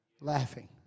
laughing